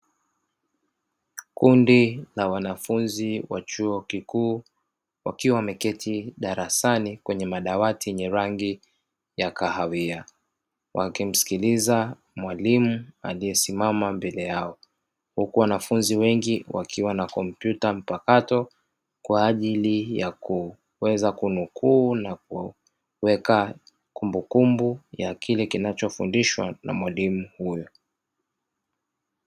Kundi la wanafunzi wa chuo kikuu, wakiwa wameketi darasani kwenye madawati yenye rangi ya kahawia, wakimsikiliza mwalimu aliyesimama mbele yao, huku wanafunzi wengi wakiwa na kompyuta mpakato kwa ajili ya kuweza kunukuu na kuweka kumbukumbu ya kile kinachofundishwa na mwalimu huyo.